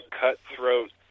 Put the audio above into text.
cutthroat